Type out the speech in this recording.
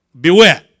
Beware